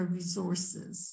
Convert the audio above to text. resources